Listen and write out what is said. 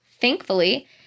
thankfully